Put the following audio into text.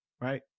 right